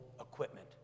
equipment